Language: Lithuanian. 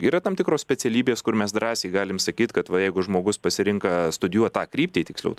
yra tam tikros specialybės kur mes drąsiai galim sakyt kad va jeigu žmogus pasirenka studijuot tą kryptį tiksliau